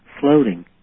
floating